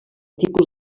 tipus